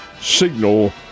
signal